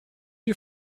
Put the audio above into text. you